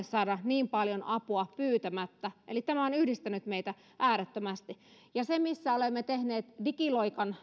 saada niin paljon apua pyytämättä eli tämä on yhdistänyt meitä äärettömästi siinä missä olemme tehneet digiloikan